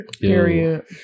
Period